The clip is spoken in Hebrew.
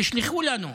תשלחו לנו.